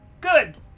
Good